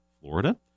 Florida